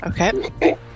Okay